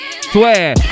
Swear